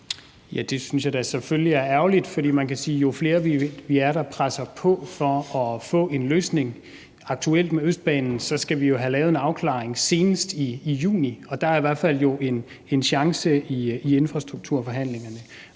Det synes jeg da selvfølgelig er ærgerligt, for man kan sige, at jo flere, vi er, der presser på for at få en løsning, jo bedre. Aktuelt med Østbanen skal vi jo have en afklaring senest i juni, og der er i hvert fald en chance i infrastrukturforhandlingerne.